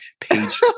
page